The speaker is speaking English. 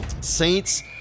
Saints